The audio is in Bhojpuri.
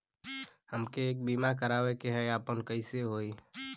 हमके एक बीमा करावे के ह आपन कईसे होई?